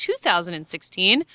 2016